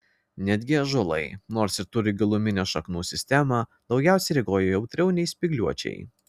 netgi ąžuolai nors ir turi giluminę šaknų sistemą daugiausiai reaguoja jautriau nei spygliuočiai